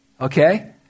okay